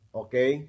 okay